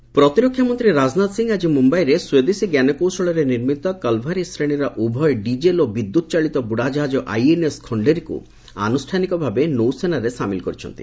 ରାଜନାଥ ଖଣ୍ଡେରୀ ପ୍ରତିରକ୍ଷାମନ୍ତ୍ରୀ ରାଜନାଥ ସିଂହ ଆଜି ମୁମ୍ବାଇରେ ସ୍ୱଦେଶୀ ଞ୍ଜାନକୌଶଳରେ ନିର୍ମିତ କଲଭାରୀ ଶ୍ରେଣୀର ଉଭୟ ଡିଜେଲ ଓ ବିଦ୍ୟତ୍ ଚାଳିତ ବୁଡାଜାହାଜ ଆଇଏନ୍ଏସ୍ ଖଣ୍ଡେରୀକୁ ଆନୁଷ୍ଠାନିକ ଭାବେ ନୌସେନାରେ ସାମିଲ କରିଛନ୍ତି